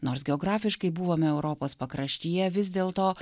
nors geografiškai buvome europos pakraštyje vis dėlto